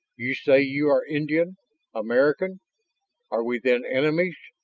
you say you are indian american are we then enemies?